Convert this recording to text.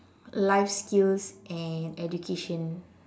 life skills and education